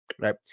right